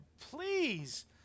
Please